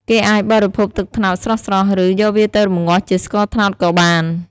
គេអាចបរិភោគទឹកត្នោតស្រស់ៗ ឬ យកវាទៅរំងាស់ជាស្ករត្នោតក៏បាន។